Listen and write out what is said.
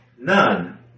None